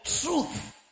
truth